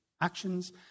actions